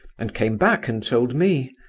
and came back and told me.